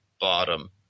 bottom